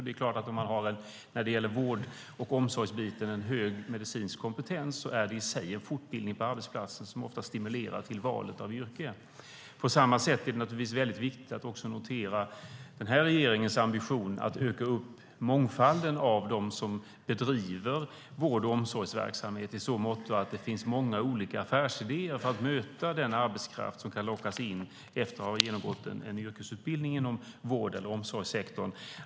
Det är klart att om man, när det gäller vård och omsorgsbiten, har en hög medicinsk kompetens innebär det i sig en fortbildning på arbetsplatsen som ofta stimulerar till valet av yrke. Det är naturligtvis viktigt att också notera den här regeringens ambition att öka mångfalden av dem som bedriver vård och omsorgsverksamhet i så måtto att det ska finnas många olika affärsidéer för att möta den arbetskraft som kan lockas in efter att ha genomgått en yrkesutbildning inom vård eller omsorgssektorn.